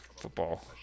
football